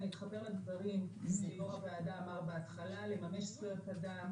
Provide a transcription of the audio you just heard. ואני אתחבר לדברים של שיושב-ראש הוועדה אמר בהתחלה לממש זכויות אדם